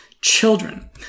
children